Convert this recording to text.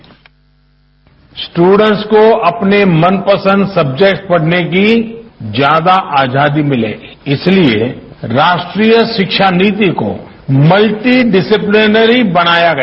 bite students को अपने मनपसंद सब्जेक्ट पढ़ने की ज्यादा आजादी मिले इसलिए राष्ट्रीय शिक्षा नीति को मल्टी डिसीप्लेनरी बनाया गया